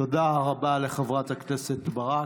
תודה רבה לחברת הכנסת ברק.